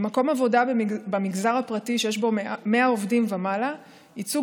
במקום עבודה במגזר הפרטי שיש בו 100 עובדים ומעלה ייצוג